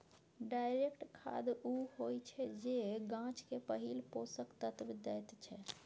direct खाद उ होइ छै जे गाछ केँ पहिल पोषक तत्व दैत छै